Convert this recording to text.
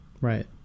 Right